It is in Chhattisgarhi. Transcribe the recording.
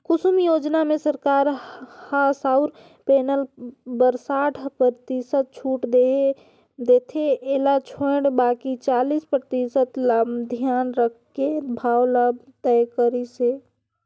कुसुम योजना म सरकार ह सउर पेनल बर साठ परतिसत छूट देथे एला छोयड़ बाकि चालीस परतिसत ल धियान राखके भाव ल तय करिस हे